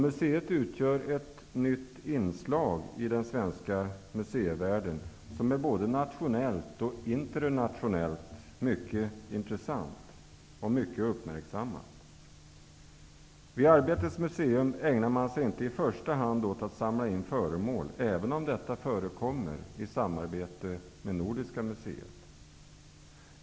Museet utgör ett nytt inslag i den svenska museivärlden. Det är mycket intressant både nationellt och internationellt, och det är mycket uppmärksammat. Vid Arbetets museum ägnar man sig inte i första hand åt att samla in föremål, även om detta förekommer i samarbete med Nordiska museet.